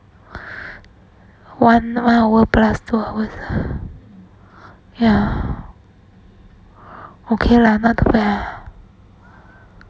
one one hour plus two hours ah ya okay lah not too bad lah